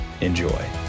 Enjoy